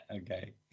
Okay